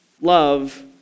Love